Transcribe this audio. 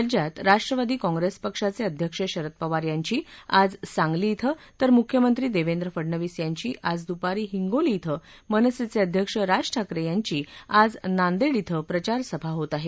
राज्यात राष्ट्रवादी कॉंग्रेस पक्षाचे अध्यक्ष शरद पवार यांची आज सांगली इथं तर मुख्यमंत्री देवेंद्र फडणवीस यांची आज दुपारी हिगोली इथं तर मनसेचे अध्यक्ष राज ठाकरे यांची आज नांदेड इथं प्रचारसभा होत आहे